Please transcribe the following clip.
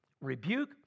rebuke